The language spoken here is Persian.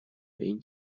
این